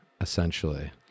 essentially